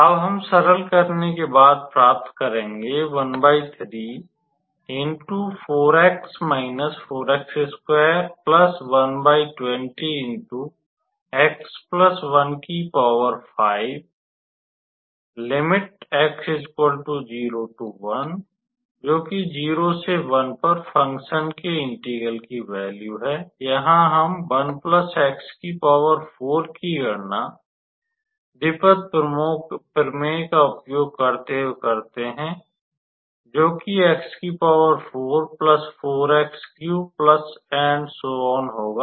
अब हम सरल करने के बाद प्राप्त करेंगे जोकि 0 से 1 पर फंकशन के इंटेग्रल की वैल्यू है यहां हम की गणना द्विपद प्रमेय का उपयोग करते हुए करते है इसलिए यह होगा